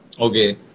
Okay